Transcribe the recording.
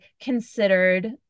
considered